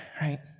Right